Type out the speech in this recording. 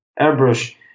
airbrush